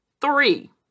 Three